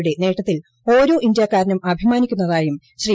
യുടെ നേട്ടത്തിൽഓരോ ഇന്തൃക്കാരനും അഭിമാനിക്കുന്നതായും ശ്രീ